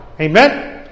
amen